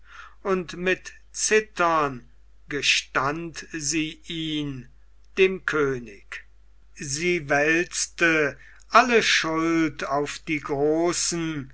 und mit zittern gestand sie ihn dem könig sie wälzte alle schuld auf die großen